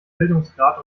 bildungsgrad